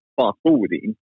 fast-forwarding